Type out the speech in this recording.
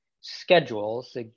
schedules